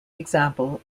example